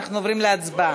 ואנחנו עוברים להצבעה.